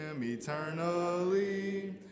eternally